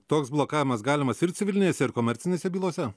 toks blokavimas galimas ir civilinėse ir komercinėse bylose